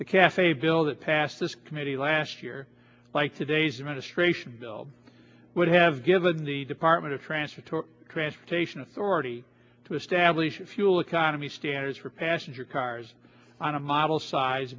the cafe bill that passed this committee last year like today's ministration bill would have given the department of transportation transportation authority to establish a fuel economy standards for passenger cars on a model size